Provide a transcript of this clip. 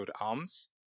Arms